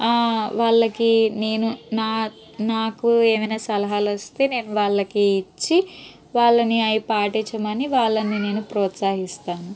ఆ వాళ్ళకి నేను నా నాకు ఏవైనా సలహాలోస్తే నేను వాళ్ళకి ఇచ్చి వాళ్ళని అవి పాటించమని వాళ్ళని నేను ప్రోత్సహిస్తాను